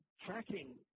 tracking